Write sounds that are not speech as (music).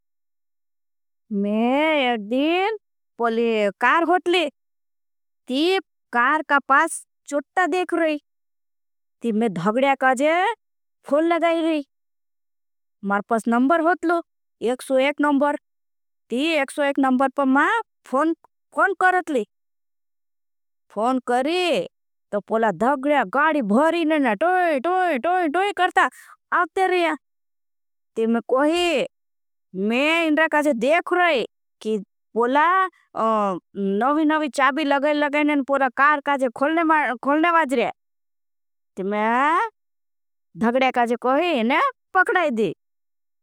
मैं एक दिन पोले कार होतली ती कार का पास चुट्टा देख। रही ती मैं धगड़या काजे फोन लगाई रही मारे पास नंबर। होतली नंबर ती नंबर पर मैं फोन कर रही फोन करी। तो पोला धगड़या गाड़ी भरी नेने टोई टोई टोई करता। आग ते रही ती मैं कोही मैं इन्रा काजे देख रही की पोला। (hesitation) नवी नवी चाबी लगाई लगाई नेन पोरा कार। काजे खोलने बाज रही ती मैं धगड़या काजे कोही ने पकड़ाई दी